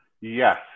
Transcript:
Yes